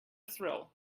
thrill